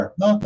no